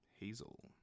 hazel